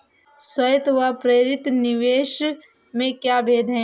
स्वायत्त व प्रेरित निवेश में क्या भेद है?